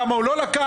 כמה הוא לא לקח,